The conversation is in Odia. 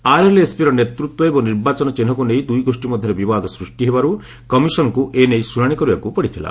ଆର୍ଏଲ୍ଏସ୍ପିର ନେତୃତ୍ୱ ଏବଂ ନିର୍ବାଚନ ଚିହ୍ନକୁ ନେଇ ଦୁଇଗୋଷ୍ଠୀ ମଧ୍ୟରେ ବିବାଦ ସୃଷ୍ଟିହେବାରୁ କମିଶନକୁ ଏ ନେଇ ଶୁଣାଣି କରିବାକୁ ପଡ଼ିଥିଲା